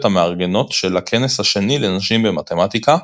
המארגנות של הכנס השני לנשים במתמטיקה,